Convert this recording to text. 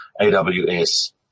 AWS